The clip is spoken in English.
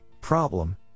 problem